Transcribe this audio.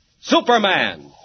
Superman